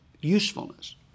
usefulness